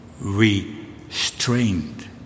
restrained